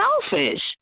selfish